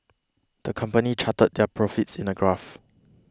the company charted their profits in a graph